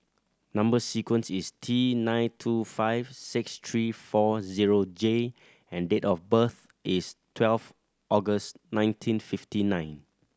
number sequence is T nine two five six three four zero J and date of birth is twelve August nineteen fifty nine